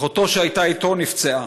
אחותו שהייתה איתו נפצעה.